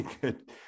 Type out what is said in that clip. good